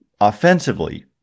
offensively